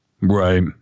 Right